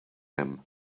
him